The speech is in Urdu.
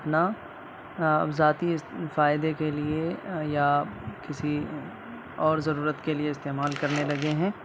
اپنا ذاتی فائدے کے لیے یا کسی اور ضرورت کے لیے استعمال کرنے لگے ہیں